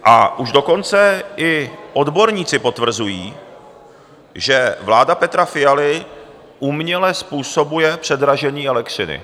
A už dokonce i odborníci potvrzují, že vláda Petra Fialy uměle způsobuje předražení elektřiny.